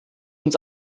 uns